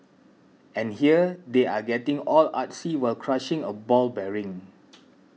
and here they are getting all artsy while crushing a ball bearing